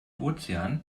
ozean